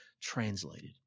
translated